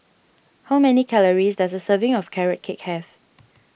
how many calories does a serving of Carrot Cake have